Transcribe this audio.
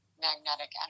magnetic